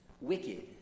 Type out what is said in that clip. Wicked